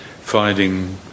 finding